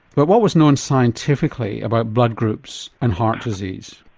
but what was known scientifically about blood groups and heart disease?